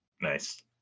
Nice